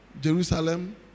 Jerusalem